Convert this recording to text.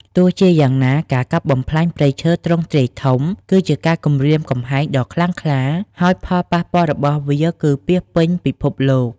ទោះជាយ៉ាងណា ការកាប់បំផ្លាញព្រៃឈើទ្រង់ទ្រាយធំ គឺជាការគំរាមកំហែងដ៏ខ្លាំងខ្លា ហើយផលប៉ះពាល់របស់វា គឺពាសពេញពិភពលោក។